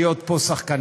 על להיות פה שחקנים.